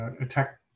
attack